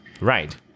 Right